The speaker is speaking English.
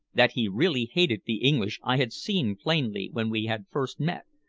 that he really hated the english i had seen plainly when we had first met,